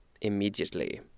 immediately